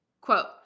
quote